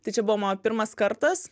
tai čia buvo mano pirmas kartas